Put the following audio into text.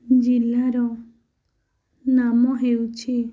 ଜିଲ୍ଲାର ନାମ ହେଉଛି